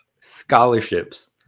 scholarships